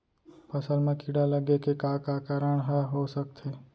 फसल म कीड़ा लगे के का का कारण ह हो सकथे?